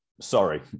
Sorry